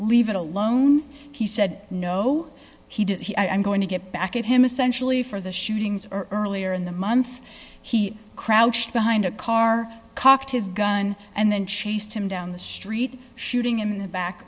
leave it alone he said no he didn't he i'm going to get back at him essentially for the shootings earlier in the month he crouched behind a car cocked his gun and then chased him down the street shooting him in the back